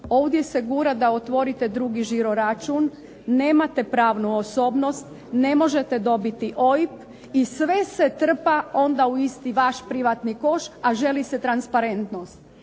Ovdje se gura da otvorite drugi žiro račun, nemate pravnu osobnost, ne možete dobiti OIB i sve se trpa onda u isti vaš privatni koš, a želi se transparentnost.